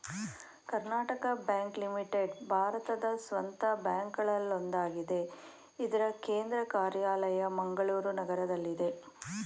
Karnataka bank limited ಭಾರತದ ಸ್ವಂತ ಬ್ಯಾಂಕ್ಗಳಲ್ಲೊಂದಾಗಿದೆ ಇದ್ರ ಕೇಂದ್ರ ಕಾರ್ಯಾಲಯ ಮಂಗಳೂರು ನಗರದಲ್ಲಿದೆ